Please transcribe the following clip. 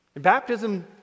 Baptism